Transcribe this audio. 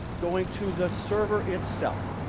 going to the server itself,